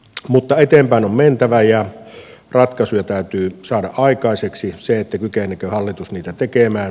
mutta eteenpäin on mentävä ja ratkaisuja täytyy saada aikaiseksi mutta kykeneekö hallitus niitä tekemään